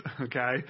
Okay